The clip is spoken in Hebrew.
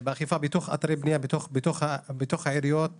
בתוך אתרי הבנייה, בתוך העיריות והרשויות.